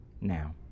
now